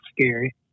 scary